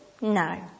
No